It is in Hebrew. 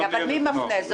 מי מפנה?